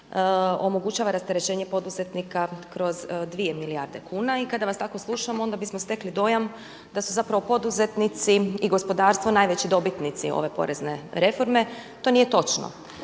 omogućava rasterećenje poduzetnika kroz 2 milijarde kuna i kada vas tako slušam onda bismo stekli dojam da su zapravo poduzetnici i gospodarstvo najveći dobitnici ove porezne reforme. To nije točno.